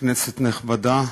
כנסת נכבדה,